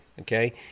Okay